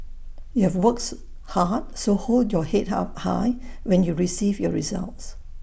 you have work so hard so hold your Head up high when you receive your results